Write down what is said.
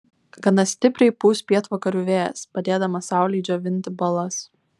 gana stipriai pūs pietvakarių vėjas padėdamas saulei džiovinti balas